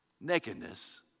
nakedness